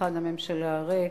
שולחן הממשלה ריק.